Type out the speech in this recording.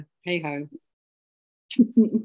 hey-ho